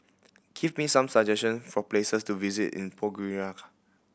give me some suggestion for places to visit in Podgorica